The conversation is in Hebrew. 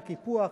בקיפוח,